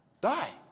die